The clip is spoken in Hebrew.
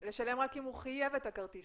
לשלם רק אם הוא חייב את הכרטיס.